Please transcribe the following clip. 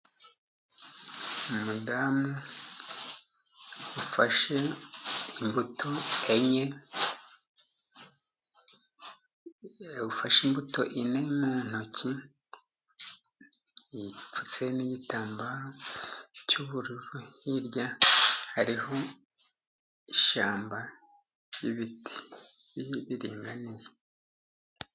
Umudamu ufashe imbuto enye, ufashe imbuto enye mu ntoki, yipfutse n'igitambaro cy'ubururu. Hirya hariho ishyamba ry'ibiti riringaniye.